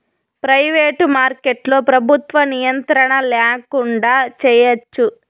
private మార్కెట్లో ప్రభుత్వ నియంత్రణ ల్యాకుండా చేయచ్చు